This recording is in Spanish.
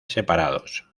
separados